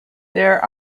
there